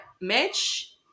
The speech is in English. Mitch